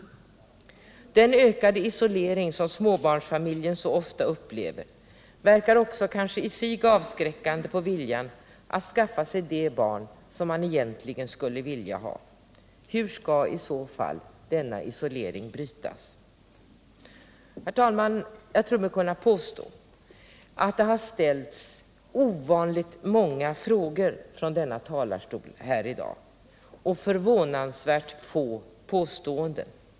Också den ökade isolering som småbarnsfamiljen så ofta upplever verkar kanske i sig avskräckande på viljan att skaffa sig de barn som man egentligen skulle vilja ha. Hur skall i så fall denna isolering brytas? Herr talman! Jag tror mig kunna påstå att det från denna talarstol i dag har ställts ovanligt många frågor och förvånansvärt få påståenden.